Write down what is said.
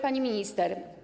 Pani Minister!